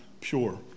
pure